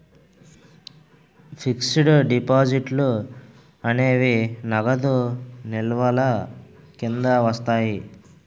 fixed డిపాజిట్లు అనేవి నగదు నిల్వల కింద వస్తాయి